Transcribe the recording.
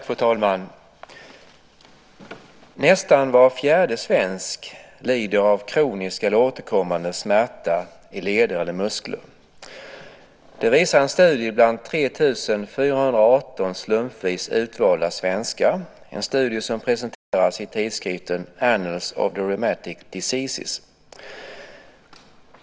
Fru talman! Nästan var fjärde svensk lider av kronisk eller återkommande smärta i leder eller muskler. Det visar en studie bland 3 418 slumpvis utvalda svenskar, en studie som presenterats i tidskriften Annals of Rheumatic Diseases.